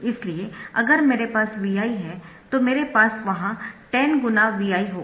इसलिए अगर मेरे पास Vi है तो मेरे पास वहां 10×Vi होगा